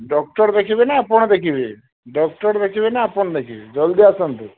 doctor ଦେଖିବେ ନା ଆପଣ ଦେଖିବେ ଡକ୍ଟର ଦେଖିବେ ନା ଆପଣ ଦେଖିବେ ଜଲ୍ଦି ଆସନ୍ତୁ